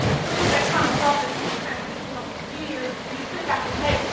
create that kind of wealth that in your transitional years you sit back and say,